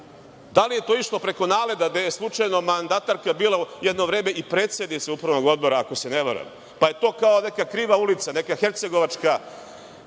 Da li je to išlo preko NALED, da je slučajno mandatarka bila jedno vreme i predsednica upravnog odbora, ako se ne varam, pa je to kao neka kriva ulica, neka Hercegovačka,